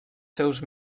seus